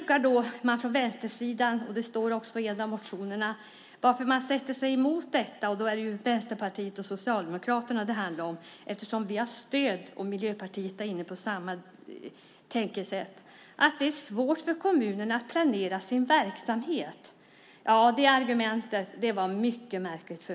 I en av vänstersidans motioner tar man upp varför man motsätter sig detta. Det är Vänsterpartiet och Socialdemokraterna det handlar om, eftersom vi har stöd från Miljöpartiet som är inne på samma tankesätt. Jag tycker att argumentet att det är svårt för kommunerna att planera sin verksamhet är mycket märkligt.